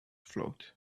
float